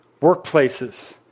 workplaces